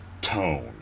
tone